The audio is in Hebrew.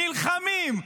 נלחמים,